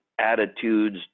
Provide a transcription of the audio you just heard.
attitudes